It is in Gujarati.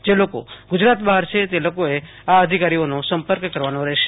જે લોકો ગૂજરાત બહાર છે તે લોકોએ આ અધિકારીઓનો સંપર્ક કરવાનો રહેશ